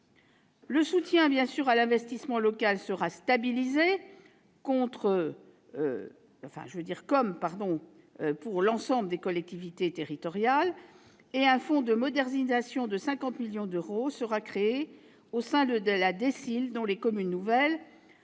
le soutien à l'investissement local sera stabilisé pour l'ensemble des collectivités territoriales et un fonds de modernisation de 50 millions d'euros sera créé au sein de la dotation de soutien